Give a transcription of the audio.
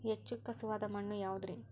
ಹೆಚ್ಚು ಖಸುವಾದ ಮಣ್ಣು ಯಾವುದು ರಿ?